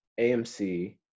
amc